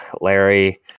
Larry